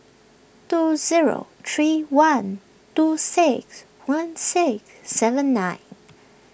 two zero three one two six one sick seven nine